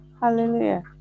Hallelujah